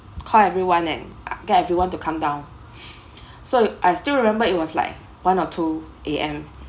call everyone and get everyone to come down so I still remember it was like one or two A_M